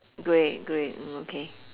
grey grey mm okay